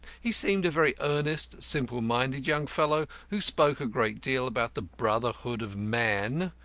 he seemed a very earnest, simple-minded young fellow, who spoke a great deal about the brotherhood of man.